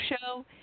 show